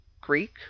Greek